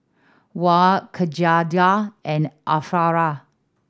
Wan Khadija and Arifa